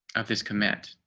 of this commit